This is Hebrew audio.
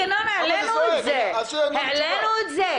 ינון, העלינו את זה.